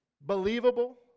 believable